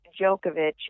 Djokovic